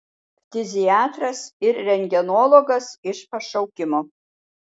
ftiziatras ir rentgenologas iš pašaukimo